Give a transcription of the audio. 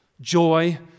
Joy